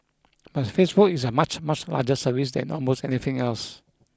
but Facebook is a much much larger service than almost anything else